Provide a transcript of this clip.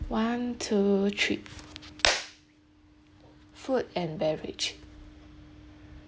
one two three food and beverage